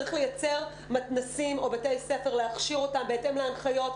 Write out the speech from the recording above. צריך לייצר מתנ"סים או בתי ספר להכשיר אותם בהתאם להנחיות.